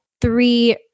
three